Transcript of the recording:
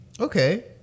Okay